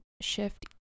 shift